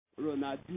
Ronaldinho